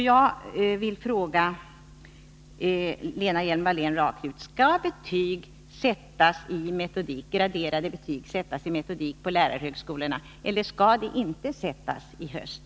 Jag vill fråga Lena Hjelm-Wallén: Skall graderade betyg i metodik sättas på lärarhögskolorna i höst, eller skall sådana betyg inte sättas?